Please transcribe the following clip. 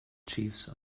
chiefs